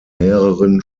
mehreren